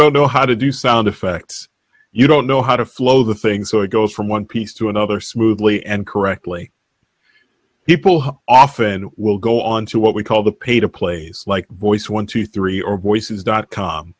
don't know how to do sound effects you don't know how to flow the thing so it goes from one piece to another smoothly and correctly people often will go onto what we call the pay to plays like voice one two three or voices dot com